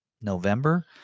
November